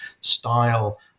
style